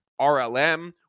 RLM